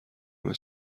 همه